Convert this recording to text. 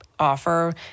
offer